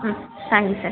ம் thank you sir